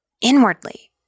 inwardly